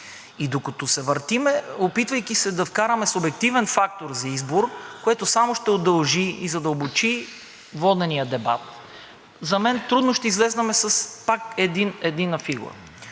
И докато се въртим, опитвайки се да вкараме субективен фактор за избор, което само ще удължи и задълбочи водения дебат, за мен, трудно ще излезем с единна фигура.